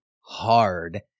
hard